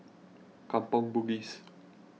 Kampong Bugis